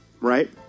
Right